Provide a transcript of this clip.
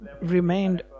remained